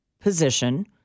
position